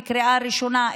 לפחות בקריאה ראשונה,